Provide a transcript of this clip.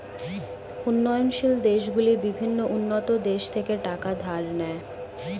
উন্নয়নশীল দেশগুলি বিভিন্ন উন্নত দেশ থেকে টাকা ধার নেয়